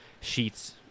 sheets